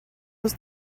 was